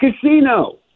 casino